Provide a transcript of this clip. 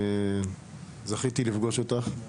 אני זכיתי לפגוש אותך.